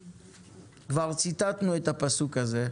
כבר ציטטנו את הפסוק הזה,